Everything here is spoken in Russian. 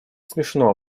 смешно